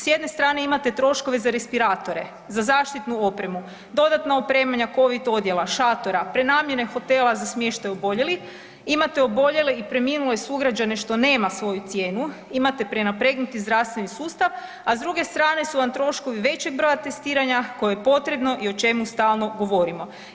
S jedne strane imate troškove za respiratore, za zaštitnu opremu, dodatna opremanja Covid odjela, šatora, prenamjene hotela za smještaj oboljelih, imate oboljele i preminule sugrađane što nema svoju cijenu, imate prenapregnuti zdravstveni sustav, a s druge strane su vam troškovi većeg broja testiranja koje je potrebno i o čemu stalno govorimo.